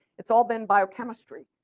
it's all been biochemistry.